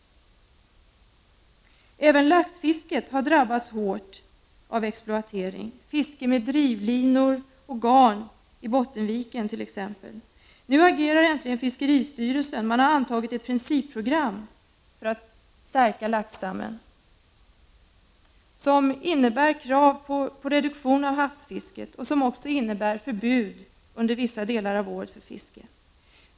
Även laxfisket har drabbats hårt av exploatering, t.ex. genom fiske med drivlinor och garn i Bottenviken. Nu agerar äntligen fiskeristyrelsen. Den har antagit ett principprogram för att stärka laxstammen, vilket innebär krav på att havsfisket skall reduceras och att fiske förbjuds under vissa delar av året.